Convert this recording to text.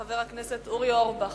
חבר הכנסת אורי אורבך.